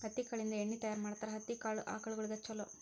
ಹತ್ತಿ ಕಾಳಿಂದ ಎಣ್ಣಿ ತಯಾರ ಮಾಡ್ತಾರ ಹತ್ತಿ ಕಾಳ ಆಕಳಗೊಳಿಗೆ ಚುಲೊ